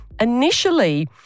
initially